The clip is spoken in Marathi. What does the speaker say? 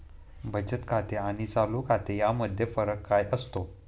बचत खाते आणि चालू खाते यामध्ये फरक काय असतो?